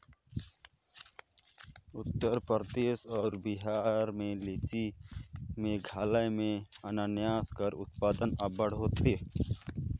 उत्तर परदेस अउ बिहार में लीची, मेघालय में अनानास कर उत्पादन अब्बड़ होथे